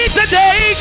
today